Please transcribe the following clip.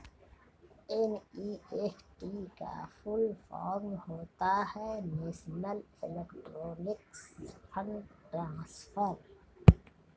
NEFT का full form होता है नेशनल इलेक्ट्रॉनिक्स फण्ड ट्रांसफर